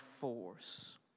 force